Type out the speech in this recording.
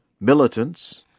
militants